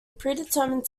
predetermined